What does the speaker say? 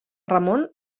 ramon